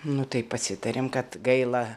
nu taip pasitarėm kad gaila